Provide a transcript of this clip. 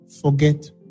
forget